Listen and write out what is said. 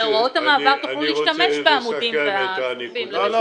הוראות המעבר קראו להשתמש בעמודים- -- לא.